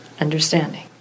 understanding